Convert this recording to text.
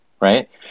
right